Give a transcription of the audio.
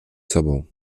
sobą